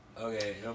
Okay